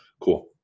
Cool